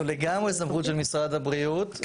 זה לגמרי סמכות של משרד הבריאות,